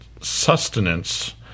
sustenance